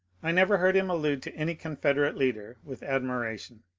i never heard him allude to any confederate leader with ad miration.